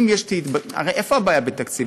הרי, איפה הבעיה בתקציב?